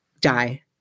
die